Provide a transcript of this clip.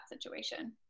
situation